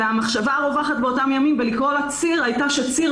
המחשבה הרווחת באותם ימים בלקרוא לה ציר הייתה ש"ציר"